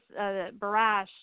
Barash